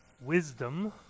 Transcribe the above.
wisdom